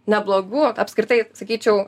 neblogų apskritai sakyčiau